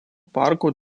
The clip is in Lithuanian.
parko